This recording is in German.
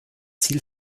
ziel